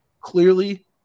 Clearly